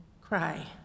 cry